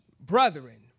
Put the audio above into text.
brethren